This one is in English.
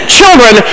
children